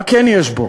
מה כן יש בו?